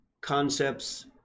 concepts